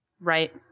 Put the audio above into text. Right